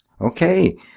Okay